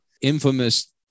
infamous